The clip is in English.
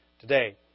today